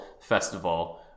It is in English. Festival